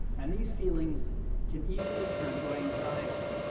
and these feelings can easily turn to anxiety,